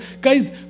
guys